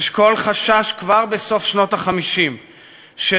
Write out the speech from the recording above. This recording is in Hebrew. אשכול חשש כבר בסוף שנות ה-50 שצרפת,